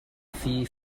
fee